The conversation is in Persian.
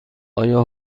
آیا